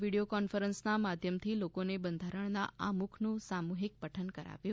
video કોન્ફરન્સના માધ્યમથી લોકોને બંધારણના આમુખનું સામૂહિક પઠન કરાવ્યું